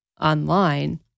online